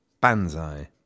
Banzai